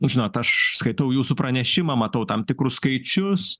nu žinot aš skaitau jūsų pranešimą matau tam tikrus skaičius